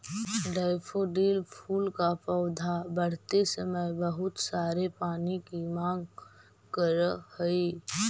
daffodil फूल का पौधा बढ़ते समय बहुत सारे पानी की मांग करअ हई